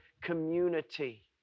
community